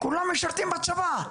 כולם משרתים בצבא,